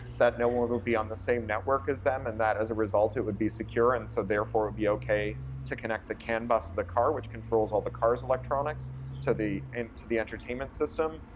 that no one would would be on the same network as them and that as a result it would be secure and so therefore it would be okay to connect the can bus to the car, which controls all the car's electronics to the and to the entertainment system,